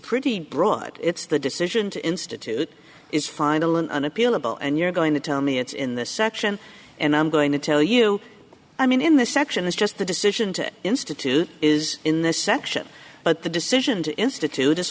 pretty broad it's the decision to institute is final and unappealable and you're going to tell me it's in this section and i'm going to tell you i mean in this section is just the decision to institute is in this section but the decision to institute is